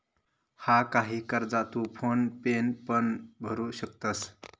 हा, काही कर्जा तू फोन पेन पण भरू शकतंस